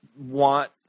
want